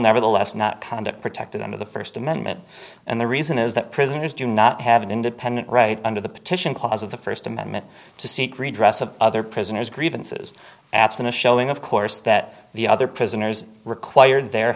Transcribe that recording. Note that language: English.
nevertheless not kind of protected under the first amendment and the reason is that prisoners do not have an independent right under the petition clause of the first amendment to seek redress of other prisoners grievances absent a showing of course that the other prisoners require their